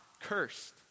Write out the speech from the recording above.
cursed